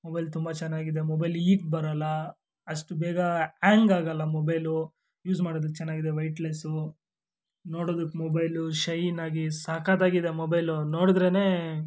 mobile ತುಂಬ ಚೆನ್ನಾಗಿದೆ mobile heat ಬರೋಲ್ಲ ಅಷ್ಟು ಬೇಗ ಆ್ಯಂಗ್ ಆಗೋಲ್ಲ ಮೊಬೈಲು ಯೂಸ್ ಮಾಡೋದಕ್ಕೆ ಚೆನ್ನಾಗಿದೆ ವೈಟ್ಲೆಸ್ಸು ನೋಡೋದಕ್ಕೆ ಮೊಬೈಲು ಶೈನಾಗಿ ಸಕ್ಕತ್ತಾಗಿದೆ ಮೊಬೈಲು ನೋಡ್ದ್ರೇ